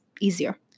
easier